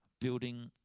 building